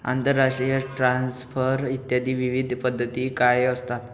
आंतरराष्ट्रीय ट्रान्सफर इत्यादी विविध पद्धती काय असतात?